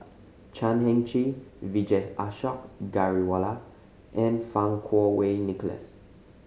Chan Heng Chee Vijesh Ashok Ghariwala and Fang Kuo Wei Nicholas